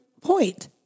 point